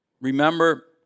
Remember